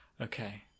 okay